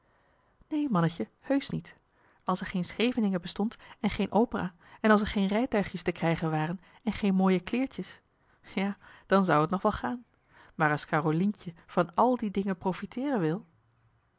neen mannetje heusch niet als er geen scheveningen bestond en geen opera en als er geen rijtuigjes te krijgen waren en geen mooie kleertjes ja dan zou t nog wel gaan maar als carolientje van al die dingen profiteeren wil